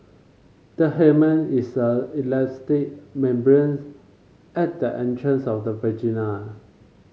the hymen is an elastic membranes at the entrance of the vagina